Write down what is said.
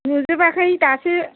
नुजोबाखै दासो